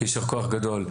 יישר כוח גדול.